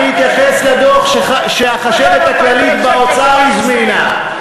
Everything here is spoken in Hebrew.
אני אתייחס לדוח שהחשבת הכללית באוצר הזמינה.